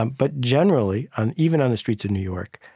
um but generally, and even on the streets of new york,